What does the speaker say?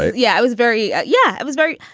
yeah, it was very yeah yeah, it was very.